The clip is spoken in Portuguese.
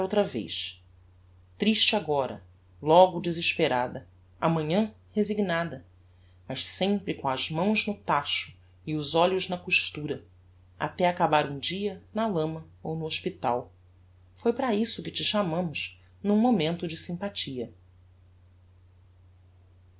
vez triste agora logo desesperada amanhã resignada mas sempre com as mãos no tacho e os olhos na costura até acabar um dia na lama ou no hospital foi para isso que te chamamos n'um momento de sympathia